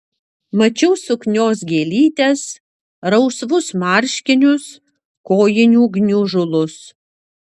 mačiau suknios gėlytes rausvus marškinius kojinių gniužulus